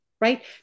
right